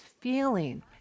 feeling